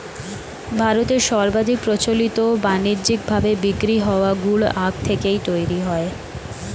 ভারতে সর্বাধিক প্রচলিত ও বানিজ্যিক ভাবে বিক্রি হওয়া গুড় আখ থেকেই তৈরি হয়